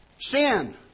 sin